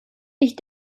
ich